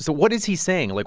so what is he saying? like,